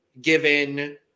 given